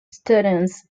students